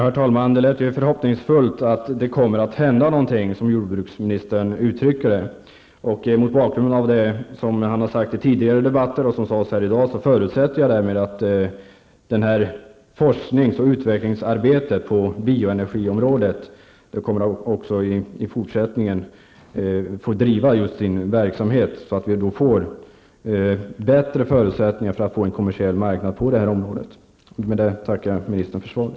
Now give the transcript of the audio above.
Herr talman! Det lät förhoppningsfullt att det kommer att hända någonting, som jordbruksministern uttrycker det. Mot bakgrund av det som han har sagt i tidigare debatter och här i dag förutsätter jag därmed att det här forskningsoch utvecklingsarbetet på bioenergiområdet kommer att få bedrivas också i fortsättningen. Då får vi bättre förutsättningar för en kommersiell marknad på det här området. Med detta tackar jag ministern för svaret.